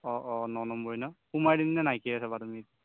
অঁ অঁ ন নম্বৰী ন পুমাই দিম নে নাইকিয়ে চাবা তুমি